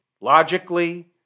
logically